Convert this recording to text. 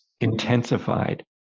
intensified